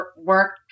work